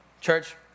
Church